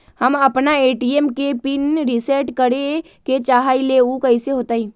हम अपना ए.टी.एम के पिन रिसेट करे के चाहईले उ कईसे होतई?